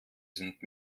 sind